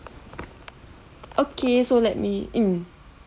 okay so let me mm